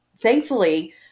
thankfully